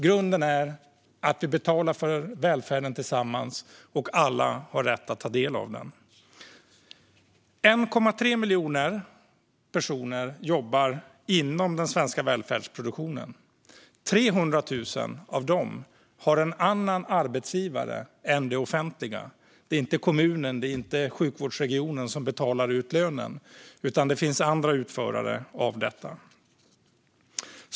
Grunden är att vi betalar för välfärden tillsammans och att alla har rätt att ta del av den. Inom den svenska välfärdsproduktionen jobbar 1,3 miljoner personer. Av dessa har 300 000 en annan arbetsgivare än det offentliga. Det är inte kommunen eller sjukvårdsregionen som betalar ut lönen, utan det finns andra utförare av detta.